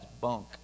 bunk